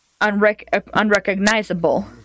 unrecognizable